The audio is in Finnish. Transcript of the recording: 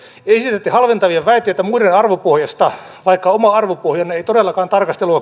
esitätte halventavia väitteitä muiden arvopohjasta vaikka oma arvopohjanne ei todellakaan tarkastelua